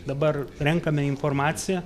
dabar renkame informaciją